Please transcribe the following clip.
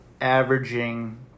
averaging